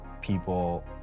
people